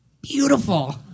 beautiful